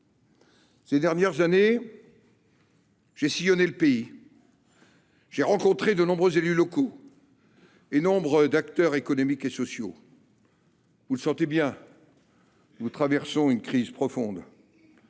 Ces dernières années, j’ai sillonné le pays. J’ai rencontré de nombreux élus locaux et nombre d’acteurs économiques et sociaux. Vous le sentez bien, nous traversons une crise profonde